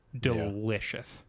Delicious